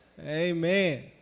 Amen